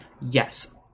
yes